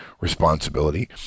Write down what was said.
responsibility